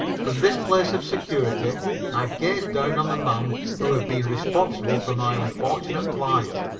from this place of security i gazed down on the man who had been responsible for my unfortunate plight.